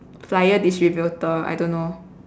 flyer distributer I don't know